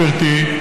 גברתי,